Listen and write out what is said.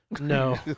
No